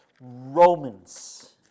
Romans